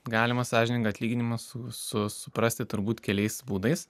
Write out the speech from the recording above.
galima sąžiningą atlyginimą su su suprasti turbūt keliais būdais